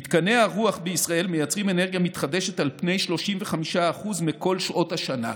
מתקני הרוח בישראל מייצרים אנרגיה מתחדשת על פני 35% מכל שעות השנה,